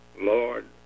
Lord